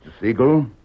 Siegel